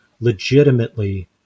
legitimately